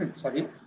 sorry